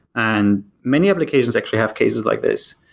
and many applications actually have cases like this.